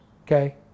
Okay